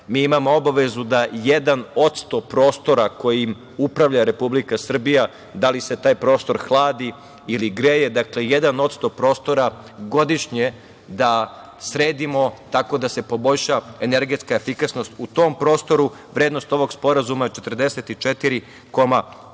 mi imamo obavezu da jedan odsto prostora kojim upravlja Republika Srbija, da li se taj prostor hladi ili greje, dakle, godišnje sredimo tako da se poboljša energetska efikasnost u tom prostoru, vrednost ovog sporazuma je 44,5